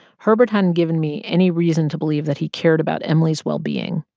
herbert hadn't given me any reason to believe that he cared about emily's well-being,